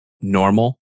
normal